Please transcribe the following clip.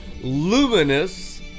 luminous